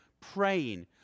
praying